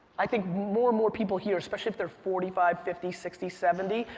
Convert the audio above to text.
i think more and more people here, especially if they're forty five, fifty, sixty, seventy,